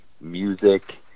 music